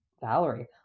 Valerie